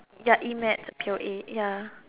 ya E-maths P_O_A ya